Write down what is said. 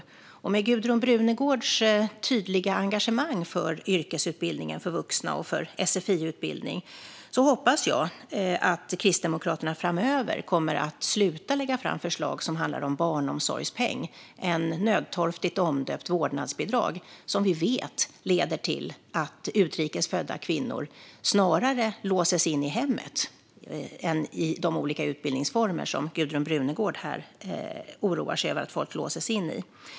Med tanke på Gudrun Brunegårds tydliga engagemang för yrkesutbildningen för vuxna och för sfi-utbildning hoppas jag att Kristdemokraterna framöver kommer att sluta lägga fram förslag om barnomsorgspeng. Det är ett nödtorftigt omdöpt vårdnadsbidrag, vilket vi vet leder till att utrikes födda kvinnor snarare låses in i hemmet än i de olika utbildningsformer som Gudrun Brunegård oroar sig över att folk låses in i.